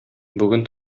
бүген